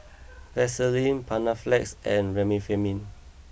Vaselin Panaflex and Remifemin